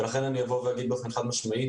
לכן אני אומר באופן חד משמעי,